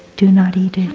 do not eat it.